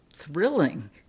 thrilling